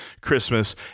Christmas